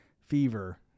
fever